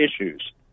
issues